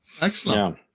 excellent